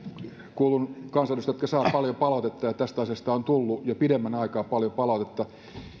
kuulun kansanedustajiin jotka saavat paljon palautetta ja ja tästä asiasta on tullut jo pidemmän aikaa paljon palautetta